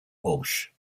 walsh